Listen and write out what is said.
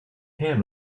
pan